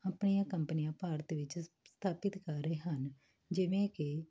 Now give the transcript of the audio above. ਆਪਣੀਆਂ ਕੰਪਨੀਆਂ ਭਾਰਤ ਵਿੱਚ ਸ ਸਥਾਪਿਤ ਕਰ ਰਹੇ ਹਨ ਜਿਵੇਂ ਕਿ